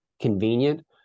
convenient